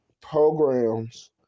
programs